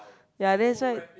ya that's why